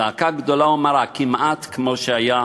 זעקה גדולה ומרה, כמעט כמו שהיה